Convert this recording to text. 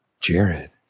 Jared